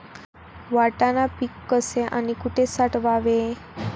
वाटाणा पीक कसे आणि कुठे साठवावे?